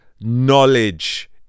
knowledge